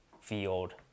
field